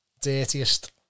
dirtiest